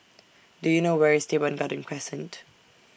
Do YOU know Where IS Teban Garden Crescent